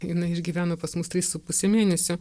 jinai išgyveno pas mus tris su puse mėnesio